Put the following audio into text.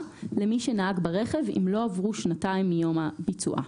למי שנהג ברכב אם לא עברו שנתיים מיום ביצועה.